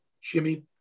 Jimmy